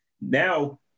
Now